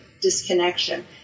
disconnection